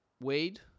Weed